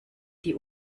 die